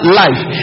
life